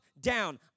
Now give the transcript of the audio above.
down